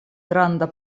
granda